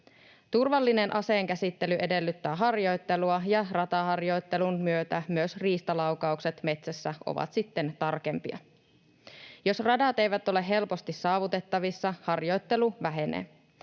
Turvallinen aseen käsittely edellyttää harjoittelua, ja rataharjoittelun myötä myös riistalaukaukset metsässä ovat sitten tarkempia. Jos radat eivät ole helposti saavutettavissa, harjoittelu vähenee.